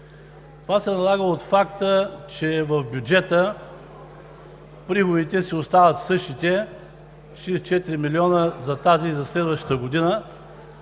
Това се налага от факта, че в бюджета приходите си остават същите – 44 милиона за тази и за следващата година,